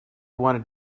wanted